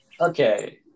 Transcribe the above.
Okay